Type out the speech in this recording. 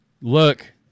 look